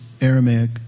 Aramaic